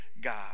God